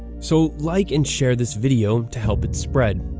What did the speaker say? so like and share this video to help it spread.